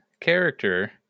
character